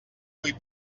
vull